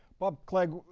bob clegg,